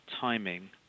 timing